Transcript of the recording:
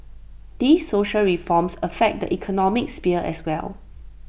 these social reforms affect the economic sphere as well